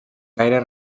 gaires